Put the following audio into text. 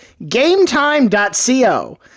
GameTime.co